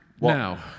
Now